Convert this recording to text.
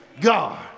God